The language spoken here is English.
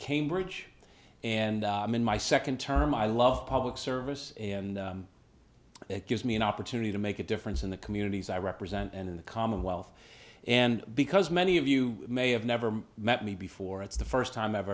cambridge and i'm in my second term i love public service and it gives me an opportunity to make a difference in the communities i represent and in the commonwealth and because many of you may have never met me before it's the first time